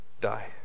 die